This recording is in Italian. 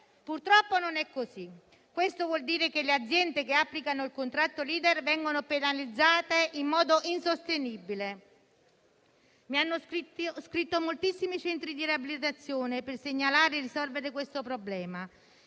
Purtroppo non è così. Questo vuol dire che le aziende che applicano il contratto *leader* vengono penalizzate in modo insostenibile. Ho scritto a moltissimi centri di riabilitazione per segnalare e risolvere questo problema.